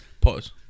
Pause